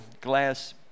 glass